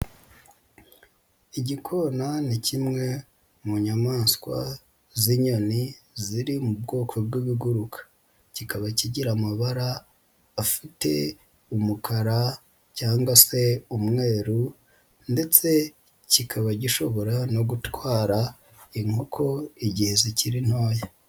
Igikona ni kimwe mu nyamaswa z'inyoni ziri mu bwoko bw'ibiguruka, kikaba kigira amabara afite umukara cyangwa se umweru ndetse kikaba gishobora no gutwara inkoko igihe zikiri ntoya.